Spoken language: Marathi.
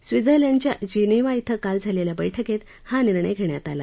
स्विर्त्झलंडच्या जिनिव्हा श्रे काल झालेल्या बैठकीत हा निर्णय घेण्यात आला